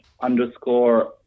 underscore